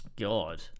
God